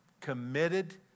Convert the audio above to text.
committed